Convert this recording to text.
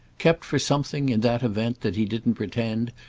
kept for something, in that event, that he didn't pretend,